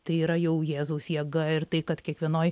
tai yra jau jėzaus jėga ir tai kad kiekvienoj